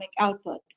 output